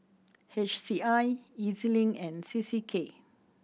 H C I E Z Link and C C K